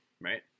right